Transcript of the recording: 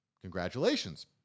Congratulations